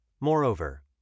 Moreover